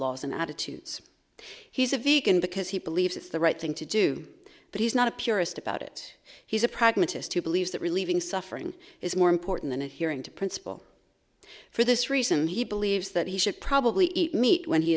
laws and attitudes he's a vegan because he believes it's the right thing to do but he's not a purist about it he's a pragmatist who believes that relieving suffering is more important than a hearing to principle for this reason he believes that he should probably eat meat when he